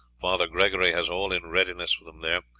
father gregory has all in readiness for them there.